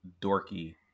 dorky